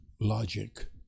logic